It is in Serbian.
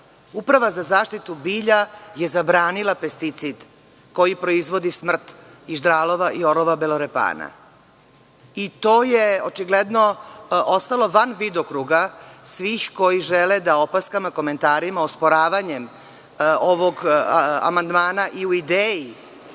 Uprava za zaštitu bilja je zabranila pesticid koji proizvodi smrt ždralova i orlova belorepana. To je očigledno ostalo van vidokruga svih koji žele da opaskama, komentarima, osporavanjem ovog amandmana i u ideji